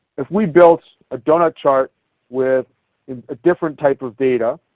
if we built a donut chart with a different type of data,